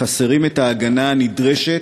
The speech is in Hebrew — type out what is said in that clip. חסרים את ההגנה הנדרשת,